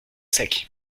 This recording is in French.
sec